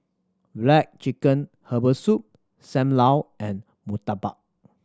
black chicken herbal soup Sam Lau and murtabak